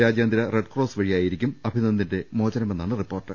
രാജ്യാ ന്തര Red Cross വഴിയായിരിക്കും അഭിനന്ദിന്റെ മോചനമെന്നാണ് റിപ്പോർട്ട്